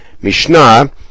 Mishnah